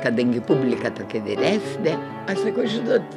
kadangi publika tokia vyresnė aš sakau žinot